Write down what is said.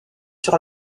sur